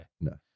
No